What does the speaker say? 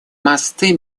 мосты